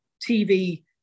TV